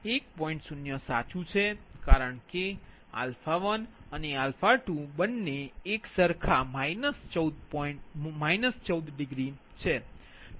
0 સાચું છે કારણ કે બંને 1 અને 2 એક સરખા 14 છે